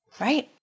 right